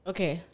Okay